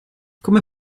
come